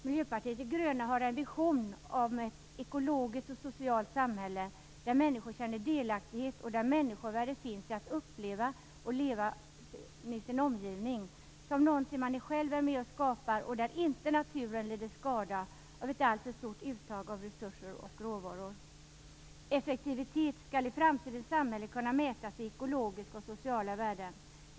Miljöpartiet de gröna har en vision om ett ekologiskt och socialt samhälle, där människor känner delaktighet och där människovärdet finns i att uppleva och leva med sin omgivning, som någonting man själv är med och skapar och där naturen inte lider skada av ett alltför stort uttag av resurser och råvaror. Effektivitet skall i framtidens samhälle kunna mätas i ekologiska och sociala värden.